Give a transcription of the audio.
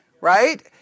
right